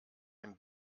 ein